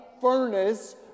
furnace